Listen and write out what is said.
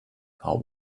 are